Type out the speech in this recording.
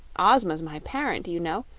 ozma's my parent, you know,